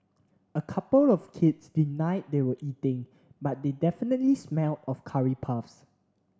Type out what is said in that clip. a couple of kids denied they were eating but they definitely smelled of curry puffs